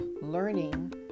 learning